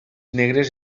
negres